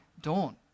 dawn